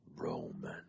Roman